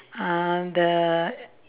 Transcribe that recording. uh the